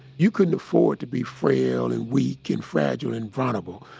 you couldn't afford to be frail and weak and fragile and vulnerable.